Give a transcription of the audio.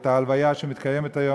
את ההלוויה שמתקיימת היום,